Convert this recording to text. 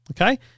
okay